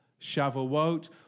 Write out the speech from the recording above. Shavuot